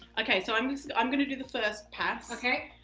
okay, so i'm gonna i'm gonna do the first pass. okay.